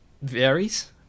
varies